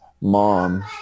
mom